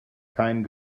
kein